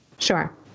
Sure